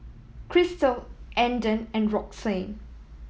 Christel Andon and Roxann